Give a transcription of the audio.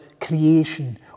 creation